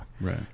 Right